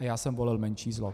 A já jsem volil menší zlo.